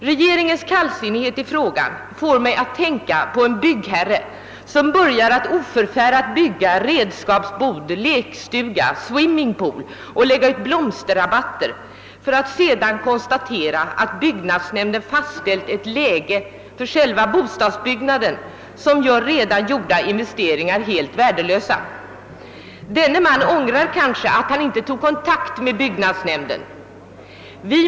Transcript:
Regeringens kallsinnighet i frågan får mig att tänka på en byggherre som börjar att oförfärat bygga redskapsbod, lekstuga, swimmingpool och anlägga blomsterrabatter, för att sedan konsta tera, att byggnadsnämnden fastställt ett läge för själva bostadsbyggnaden som gör redan gjorda investeringar helt värdelösa. Denne man ångrar kanske att han inte tog kontakt med byggnadsnämnden i förväg.